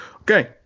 Okay